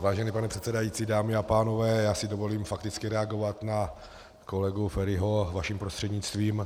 Vážený pane předsedající, dámy a pánové, dovolím si fakticky reagovat na kolegu Feriho vaším prostřednictvím.